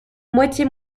moitié